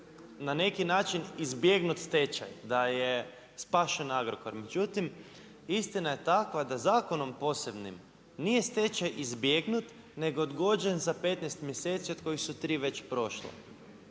na neki način izbjegnut tečaj, da je spašen Agrokor. Međutim, istina je takva da zakonom posebnim, nije stečaj izbjegnut nego odgođen za 15 mjeseci od kojih su 3 već prošla.